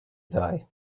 die